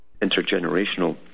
intergenerational